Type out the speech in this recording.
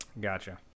Gotcha